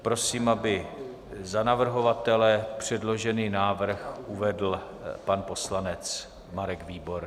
Prosím, aby za navrhovatele předložený návrh uvedl pan poslanec Marek Výborný.